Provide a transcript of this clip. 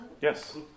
Yes